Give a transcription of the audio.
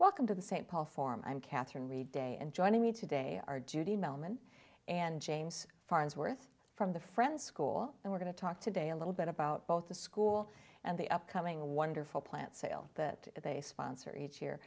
welcome to the st paul form i'm catherine reid day and joining me today are judy mehlman and james farnsworth from the friends school and we're going to talk today a little bit about both the school and the upcoming wonderful plant sale that they sponsor each year